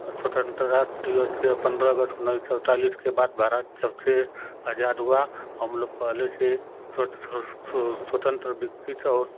स्वतंत्रता दिवस के पंद्रह अगस्त उन्नीस सौ सैंतालीस के बाद भारत तबसे आज़ाद हुआ हम लोग पहले से स्वतंत्रत विकसित और